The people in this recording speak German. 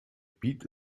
beat